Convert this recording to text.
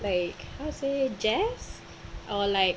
like how to say jazz or like